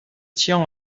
tian